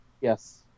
Yes